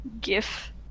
GIF